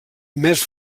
més